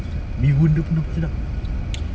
mee hoon dia pun okay lah